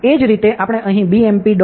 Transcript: એ જ રીતે આપણે અહીં bmp